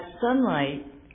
sunlight